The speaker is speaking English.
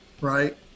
right